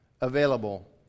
available